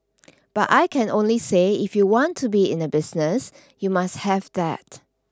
but I can only say if you want to be in the business you must have that